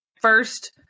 first